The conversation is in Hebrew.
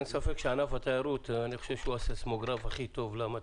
אין ספק שענף התיירות הוא הסיסמוגרף הכי טוב למצב.